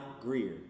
Greer